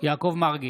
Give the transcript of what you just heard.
יעקב מרגי,